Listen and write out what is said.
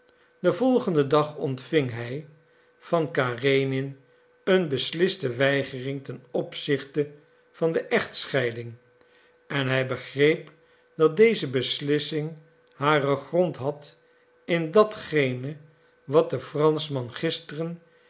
den volgenden dag ontving hij van karenin een besliste weigering ten opzichte van de echtscheiding en hij begreep dat deze beslissing haren grond had in datgene wat de franschman gisteren